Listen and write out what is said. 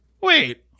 Wait